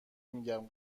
میگم